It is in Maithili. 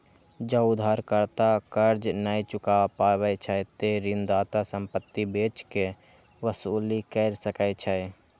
जौं उधारकर्ता कर्ज नै चुकाय पाबै छै, ते ऋणदाता संपत्ति बेच कें वसूली कैर सकै छै